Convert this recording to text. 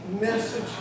message